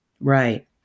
Right